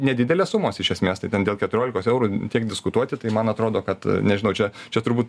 nedidelės sumos iš esmės tai ten dėl keturiolikos eurų tiek diskutuoti tai man atrodo kad nežinau čia čia turbūt